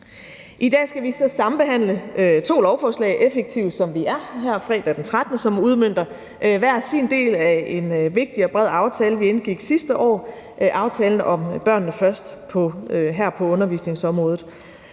I dag skal vi så sambehandle to lovforslag – effektive, som vi er her fredag den 13. – som udmønter hver sin del af en vigtig og bred aftale, vi indgik sidste år: aftalen om »Børnene Først« her på undervisningsområdet.